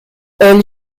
elle